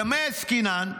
במה עסקינן?